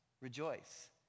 Rejoice